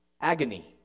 agony